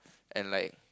and like